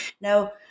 Now